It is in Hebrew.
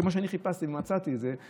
כמו שאני חיפשתי ומצאתי את זה,